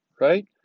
right